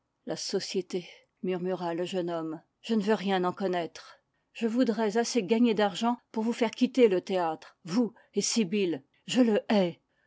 la société murmura le jeune homme je ne veux rien en connaître je voudrais assez gagner d'argent pour vous faire quitter le théâtre vous et sibyl je le hais